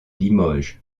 limoges